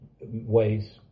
ways